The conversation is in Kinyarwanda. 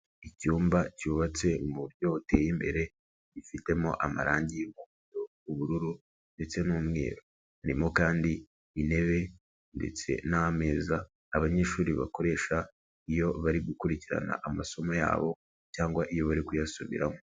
Icyumba cyubatse mu buryo buteye imbere gifitemo amarangi ubururu ndetse n'umweru. Harimo kandi intebe ndetse n'ameza abanyeshuri bakoresha iyo bari gukurikirana amasomo yabo cyangwa iyo bari kuyasubiramo.